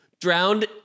Drowned